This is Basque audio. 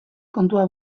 kontua